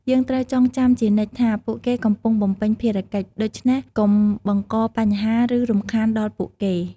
យើងត្រូវចងចាំជានិច្ចថា ពួកគេកំពុងបំពេញភារកិច្ច ដូច្នេះកុំបង្កបញ្ហា ឬរំខានដល់ពួកគេ។